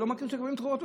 לא מכיר שמקבלים תרופות.